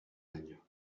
año